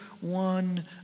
one